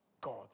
God